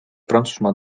prantsusmaa